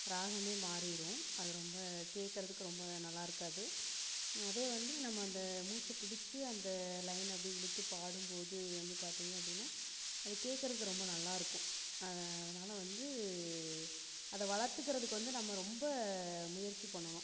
ராகமே மாறிடும் அது ரொம்ப கேட்குறதுக்கு ரொம்ப நல்லா இருக்காது அதே வந்து நம்ம அந்த மூச்சை பிடுச்சி அந்த லைன்னை அப்படியே இழுத்து பாடும்போது வந்து பார்த்தீங்க அப்படினா அது கேட்குறத்துக்கு ரொம்ப நல்லா இருக்கும் அதனால் வந்து அதை வளர்த்துக்குறத்துக்கு நம்ம ரொம்ப முயற்சி பண்ணணும்